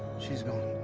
she's crying